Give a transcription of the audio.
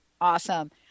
awesome